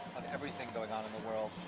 of everything going on and world,